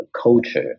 culture